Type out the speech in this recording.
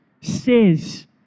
says